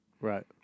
Right